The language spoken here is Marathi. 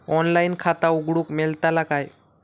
ऑनलाइन खाता उघडूक मेलतला काय?